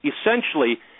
Essentially